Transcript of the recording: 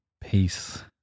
Peace